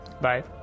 Bye